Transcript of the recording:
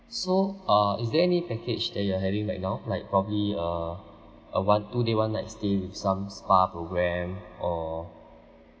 so uh is there any package that you are having right now like probably a a one two day one night stay with some spa programme or